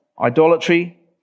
Idolatry